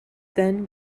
then